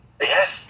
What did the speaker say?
Yes